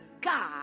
god